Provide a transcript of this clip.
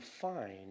find